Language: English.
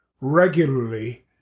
regularly